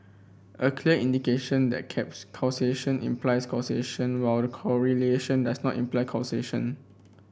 a clear indication that caps causation implies causation while correlation does not imply causation